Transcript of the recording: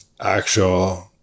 actual